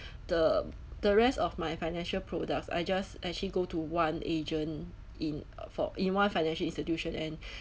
the the rest of my financial products I just actually go to one agent in for in one financial institution and